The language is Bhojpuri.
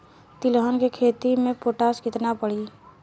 तिलहन के खेती मे पोटास कितना पड़ी?